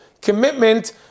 commitment